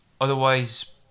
Otherwise